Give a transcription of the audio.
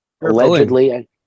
allegedly